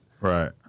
Right